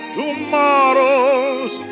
tomorrows